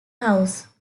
house